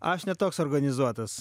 aš ne toks organizuotas